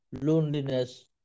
loneliness